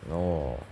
orh